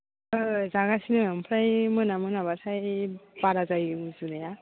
जागासिनो आमफ्राय मोना मोनाब्लाथाय बारा जायो गुजुनाया